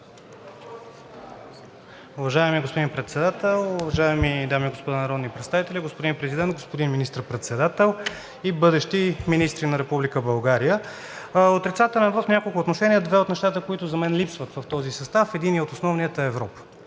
Уважаеми господин Председател, уважаеми дами и господа народни представители, господин Президент, господин Министър-председател и бъдещи министри на Република България! Отрицателният ми вот е в няколко отношения. Две от нещата, които за мен липсват в този състав – основното е Европа.